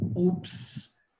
oops